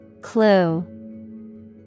Clue